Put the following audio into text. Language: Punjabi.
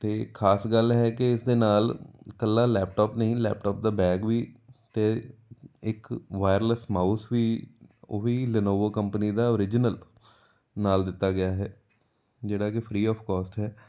ਅਤੇ ਖਾਸ ਗੱਲ ਹੈ ਕਿ ਇਸ ਦੇ ਨਾਲ ਇਕੱਲਾ ਲੈਪਟੋਪ ਨਹੀਂ ਲੈਪਟੋਪ ਦਾ ਬੈਗ ਵੀ ਅਤੇ ਇੱਕ ਵਾਇਰਲੈਸ ਮਾਊਸ ਵੀ ਉਹ ਵੀ ਲੈਨੋਵੋ ਕੰਪਨੀ ਦਾ ਔਰਿਜਨਲ ਨਾਲ ਦਿੱਤਾ ਗਿਆ ਹੈ ਜਿਹੜਾ ਕਿ ਫਰੀ ਔਫ ਕੋਸ਼ਟ ਹੈ